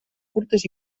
curtes